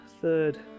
third